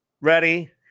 ready